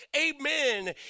amen